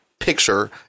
Picture